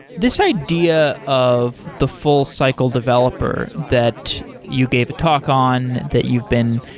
this idea of the full cycle developer that you gave a talk on, that you've been,